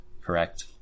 Correct